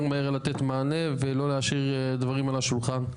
מהר לתת מענה ולא להשאיר דברים על השולחן.